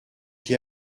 qui